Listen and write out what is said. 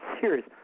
serious